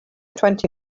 twenty